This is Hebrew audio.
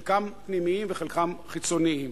חלקם פנימיים וחלקם חיצוניים,